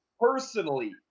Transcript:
personally